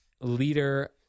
Leader